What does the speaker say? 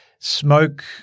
Smoke